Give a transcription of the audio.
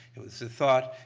it was the thought,